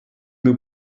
nous